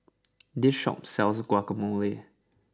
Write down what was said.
this shop sells Guacamole